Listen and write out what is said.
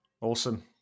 Awesome